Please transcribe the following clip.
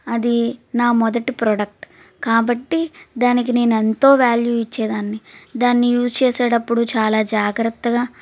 అది నా మొదటి ప్రోడక్ట్ కాబట్టి దానికి నేనెంతో వ్యాల్యూ ఇచ్చేదాన్ని దాన్ని యూజ్ చేసేటప్పుడు చాలా జాగ్రత్తగా